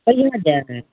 कहियो ने जाइ दै